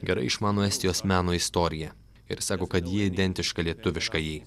gerai išmano estijos meno istoriją ir sako kad ji identiška lietuviškajai